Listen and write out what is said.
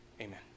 Amen